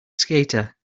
skater